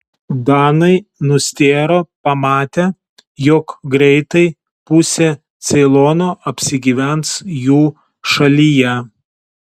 danai nustėro pamatę jog greitai pusė ceilono apsigyvens jų šalyje